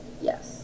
Yes